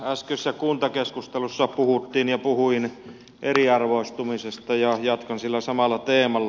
äskeisessä kuntakeskustelussa puhuttiin ja puhuin eriarvoistumisesta ja jatkan sillä samalla teemalla